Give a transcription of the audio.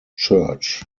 church